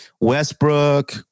Westbrook